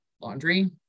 laundry